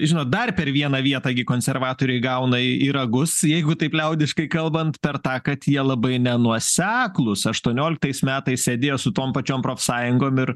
žinot dar per vieną vietą gi konservatoriai gauna į ragus jeigu taip liaudiškai kalbant per tą kad jie labai nenuoseklūs aštuonioliktais metais sėdėjo su tom pačiom profsąjungom ir